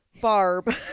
Barb